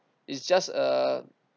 it's just a